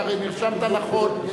אתה הרי נרשמת, נכון.